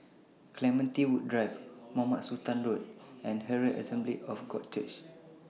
Clementi Woods Drive Mohamed Sultan Road and Herald Assembly of God Church